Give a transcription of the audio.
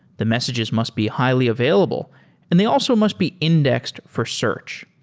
the messages must be highly available and they also must be indexed for search.